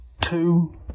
Two